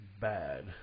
bad